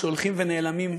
שהולכים ונעלמים,